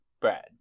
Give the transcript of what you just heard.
Brad